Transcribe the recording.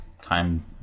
time